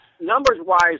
numbers-wise